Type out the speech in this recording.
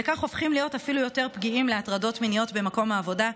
וכך הופכים להיות אפילו יותר פגיעים להטרדות מיניות במקום העבודה,